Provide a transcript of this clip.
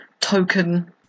token